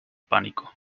pánico